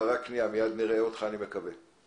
וככל שתרצו נוכל לענות לשאלותיכם.